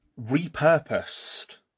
repurposed